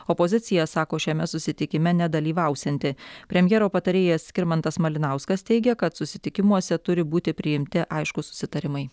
opozicija sako šiame susitikime nedalyvausianti premjero patarėjas skirmantas malinauskas teigia kad susitikimuose turi būti priimti aiškūs susitarimai